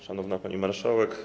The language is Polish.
Szanowna Pani Marszałek!